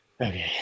Okay